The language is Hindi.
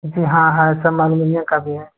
जी हाँ हाँ सब मामले में है